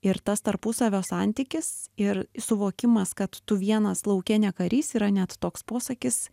ir tas tarpusavio santykis ir suvokimas kad tu vienas lauke ne karys yra net toks posakis